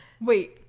wait